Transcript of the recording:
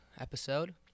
episode